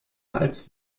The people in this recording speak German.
als